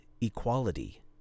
equality